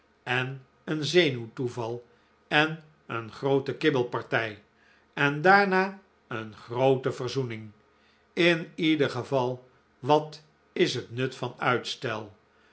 en een zenuwtoeval en een groote kibbelpartij en daarna een groote verzoening in ieder geval wat is het nut van uitstel